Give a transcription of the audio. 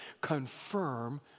confirm